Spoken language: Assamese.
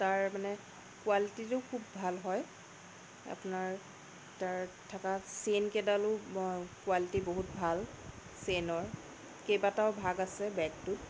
তাৰ মানে কোৱালিটিটো খুব ভাল হয় আপোনাৰ তাত থকা চেইনকেইডালো মই কোৱালিটি বহুত ভাল চেইনৰ কেইবাটাও ভাগ আছে বেগটোত